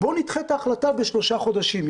בואו נדחה את החלטה בשלושה חודשים,